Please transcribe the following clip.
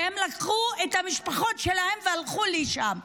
והם לקחו את המשפחות שלהם והלכו לשם,